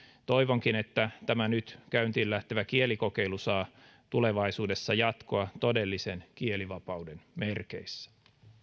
toivonkin että tämä nyt käyntiin lähtevä kielikokeilu saa tulevaisuudessa jatkoa todellisen kielivapauden merkeissä